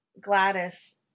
gladys